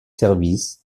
services